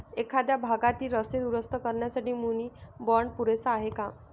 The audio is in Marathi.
एखाद्या भागातील रस्ते दुरुस्त करण्यासाठी मुनी बाँड पुरेसा आहे का?